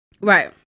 Right